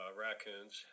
raccoons